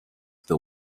the